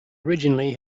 originally